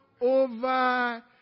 over